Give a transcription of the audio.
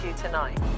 tonight